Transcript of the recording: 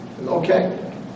Okay